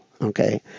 okay